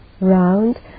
round